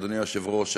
אדוני היושב-ראש,